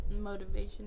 motivation